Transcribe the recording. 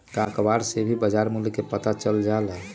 का अखबार से भी बजार मूल्य के पता चल जाला?